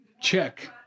check